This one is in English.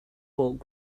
bulk